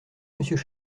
monsieur